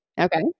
Okay